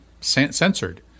censored